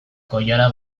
koilara